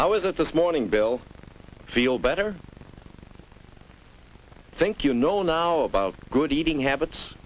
was it this morning bill feel better i think you know now about good eating habits